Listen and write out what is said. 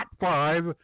Five